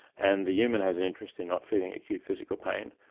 and the human has an interest in not feeling acute physical pain,